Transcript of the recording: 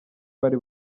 bari